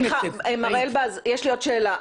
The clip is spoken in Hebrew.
סליחה, מר אלבז, יש לי עוד שאלה.